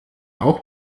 auch